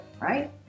right